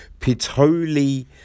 Pitoli